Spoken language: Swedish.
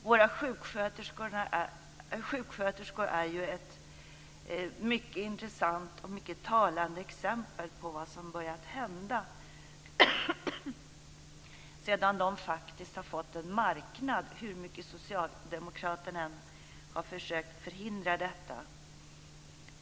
Våra sjuksköterskor är ju ett mycket intressant och mycket talande exempel på vad som börjat hända sedan de har fått en marknad, hur mycket socialdemokraterna än har försökt förhindra detta.